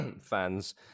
fans